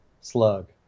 slug